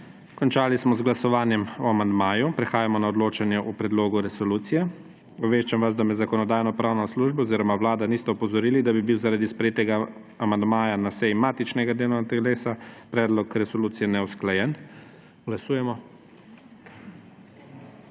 Končali smo z glasovanjem o amandmajih. Prehajamo na glasovanje o predlogu resolucije. Obveščam vas, da me Zakonodajno-pravna služba oziroma Vlada nista opozorili, da bi bil zaradi sprejetih amandmajev na seji matičnega delovnega teles predlog resolucije neusklajen. Glasujemo.